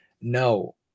no